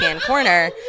corner